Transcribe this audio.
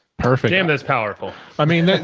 perfect. and that's powerful. i mean,